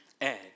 egg